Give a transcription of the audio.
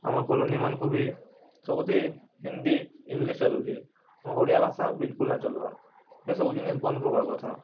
ଆମର୍ କଲୋନୀ ମାନଙ୍କୁ ବି ସବୁଥେ ହିନ୍ଦୀ ଇଂଲିଶ ଚାଲୁଛି ଆମ ଓଡ଼ିଆ ଭାଷା ବିଲକୁଲ୍ ନାଇଁ ଚାଲବାର୍ ସେ ସବୁ ଜିନିଷ୍ ବନ୍ଦ କରବାର୍ କଥା